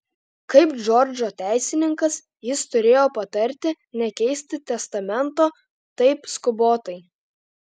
kaip džordžo teisininkas jis turėjo patarti nekeisti testamento taip skubotai